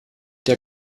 der